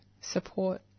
support